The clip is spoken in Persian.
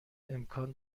امکان